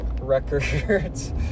records